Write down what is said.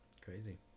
Crazy